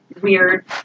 weird